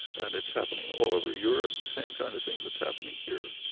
and it's happening all over europe, same kind of thing that's happening here.